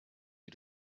you